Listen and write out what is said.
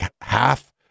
half